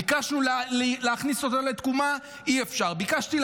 ביקשנו להכניס אותה לתקומה, אי-אפשר.